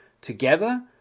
together